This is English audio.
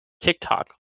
TikTok